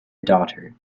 daughter